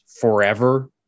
forever